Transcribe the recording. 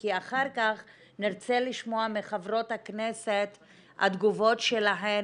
כי אחר כך נרצה לשמוע מחברות הכנסת את התגובות שלהן